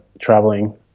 traveling